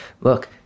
Look